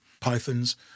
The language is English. pythons